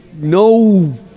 No